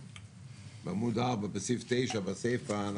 בעמוד 4 בסעיף 9 בסיפה,